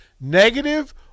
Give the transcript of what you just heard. negative